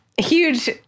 Huge